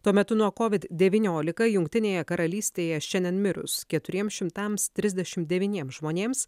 tuo metu nuo covid devyniolika jungtinėje karalystėje šiandien mirus keturiems šimtams trisdešim devyniem žmonėms